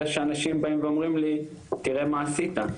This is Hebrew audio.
שאנשים באים ואומרים לי תראה מה עשית.